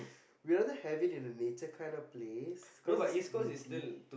we'll rather have it in a nature kind of place cause it's windy